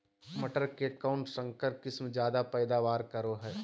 मटर के कौन संकर किस्म जायदा पैदावार करो है?